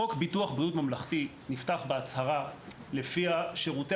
חוק ביטוח בריאות ממלכתי נפתח בהצהרה שלפיה שירותי